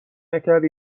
نکردی